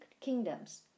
kingdoms